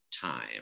time